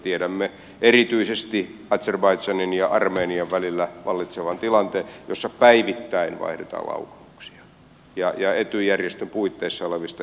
tiedämme erityisesti azerbaidzhanin ja armenian välillä vallitsevan tilanteen jossa päivittäin vaihdetaan laukauksia ja etyj järjestön puitteissa olevista jäsenmaista on kysymys